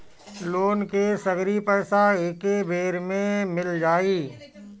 Loan के सगरी पइसा एके बेर में मिल जाई?